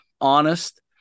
honest